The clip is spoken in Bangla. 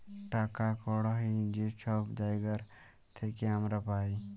টাকা কড়হি যে ছব জায়গার থ্যাইকে আমরা পাই